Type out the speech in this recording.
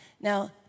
Now